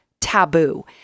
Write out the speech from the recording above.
taboo